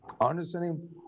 understanding